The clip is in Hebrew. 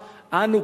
אנו,